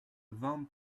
vamp